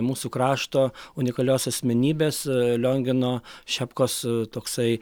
mūsų krašto unikalios asmenybės liongino šepkos toksai